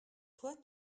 toi